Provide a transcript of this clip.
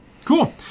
Cool